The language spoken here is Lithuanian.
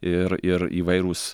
ir ir įvairūs